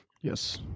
yes